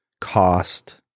cost